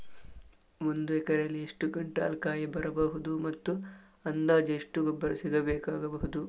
ಒಂದು ಎಕರೆಯಲ್ಲಿ ಎಷ್ಟು ಕ್ವಿಂಟಾಲ್ ಕಾಯಿ ಬರಬಹುದು ಮತ್ತು ಅಂದಾಜು ಎಷ್ಟು ಗೊಬ್ಬರ ಬೇಕಾಗಬಹುದು?